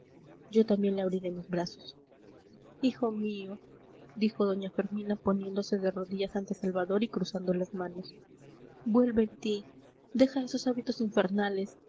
yo también le abriré mis brazos hijo mío dijo doña fermina poniéndose de rodillas ante salvador y cruzando las manos vuelve en ti deja esos hábitos infernales